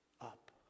up